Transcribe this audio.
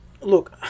look